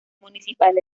municipal